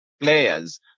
players